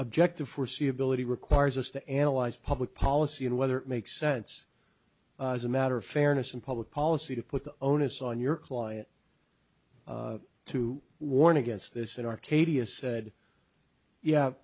objective foreseeability requires us to analyze public policy and whether it makes sense as a matter of fairness in public policy to put the onus on your client to warn against this in arcadia said yeah